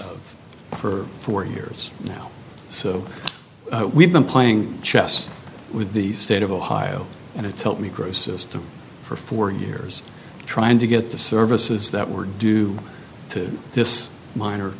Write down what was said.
of for four years now so we've been playing chess with the state of ohio and it's helped me grow a system for four years trying to get the services that were due to this minor